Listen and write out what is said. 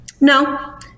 no